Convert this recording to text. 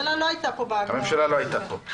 הממשלה לא הייתה פה בהגדרה.